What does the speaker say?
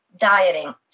dieting